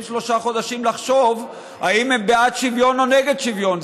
שלושה חודשים לחשוב אם הם בעד שוויון או נגד שוויון.